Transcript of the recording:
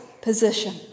position